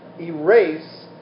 erase